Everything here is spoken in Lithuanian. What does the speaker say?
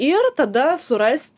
ir tada surast